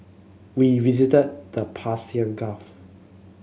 we visited the Persian Gulf